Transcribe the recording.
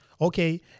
okay